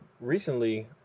recently